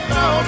no